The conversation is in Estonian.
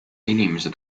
inimesed